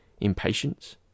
Impatience